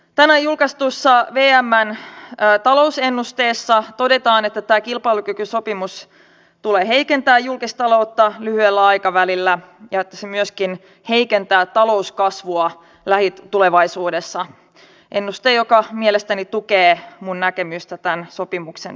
tänään julkaistussa vmn talousennusteessa todetaan että tämä kilpailukykysopimus tulee heikentämään julkistaloutta lyhyellä aikavälillä ja että se myöskin heikentää talouskasvua lähitulevaisuudessa ennuste joka mielestäni tukee minun näkemystäni tämän sopimuksen vaikutuksista